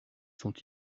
sont